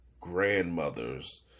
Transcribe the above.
grandmother's